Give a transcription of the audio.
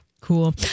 Cool